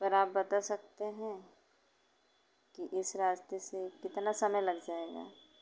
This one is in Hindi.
पर आप बता सकते हैं कि इस रास्ते से कितना समय लग जाएगा